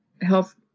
health